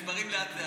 קבוצת סיעת יהדות